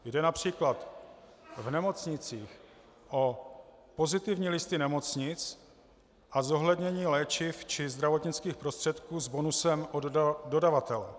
Jde například v nemocnicích o pozitivní listy nemocnic a zohlednění léčiv či zdravotnických prostředků s bonusem od dodavatele.